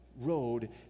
road